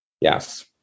Yes